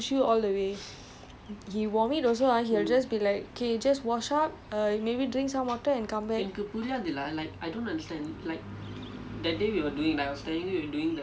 this guy is crazy he really like really rabak eh he will really push you all the way we vomit also ah I will just be like okay just wash up err maybe drink some water and come